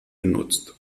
genutzt